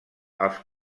els